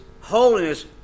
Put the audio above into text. holiness